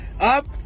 up